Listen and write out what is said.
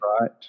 right